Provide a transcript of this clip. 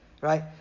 Right